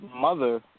mother